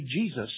Jesus